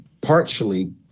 partially